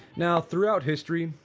now throughout history,